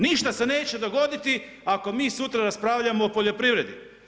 Ništa se neće dogoditi ako mi sutra raspravljamo o poljoprivredi.